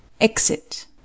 Exit